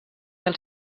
els